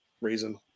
reason